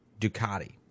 Ducati